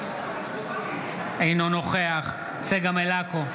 אינו נוכח צגה מלקו,